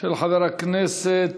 חבר הכנסת